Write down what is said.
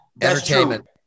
Entertainment